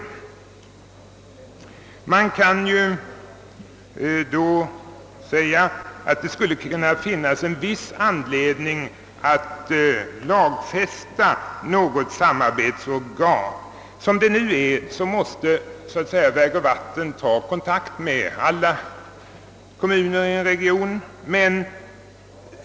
Man kan säga att det skulle kunna finnas en viss anledning att lagfästa ett samarbetsorgan. Som det nu är måste vägoch vattenbyggnadsstyrelsen ta kontakt med alla kommuner i en region.